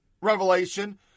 revelation